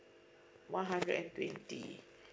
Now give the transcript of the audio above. one hundred and twenty